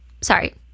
sorry